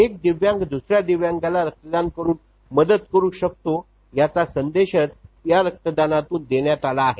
एक दिव्यांग दुसऱ्या दिव्यांगाला रक्तदान करुन मदत करु शकतो याचासंदेशच या रक्तदानातुन देण्यात आला आहे